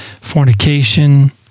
fornication